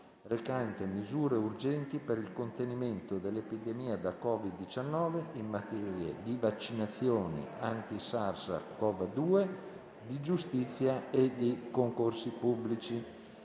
recante "Misure urgenti per il contenimento dell'epidemia da Covid-19, in materia di vaccinazioni anti SARS-COV-2, di giustizia e di concorsi pubblici",